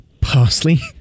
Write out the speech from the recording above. Parsley